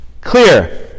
clear